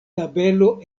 tabelo